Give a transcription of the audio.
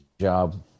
job